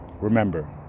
Remember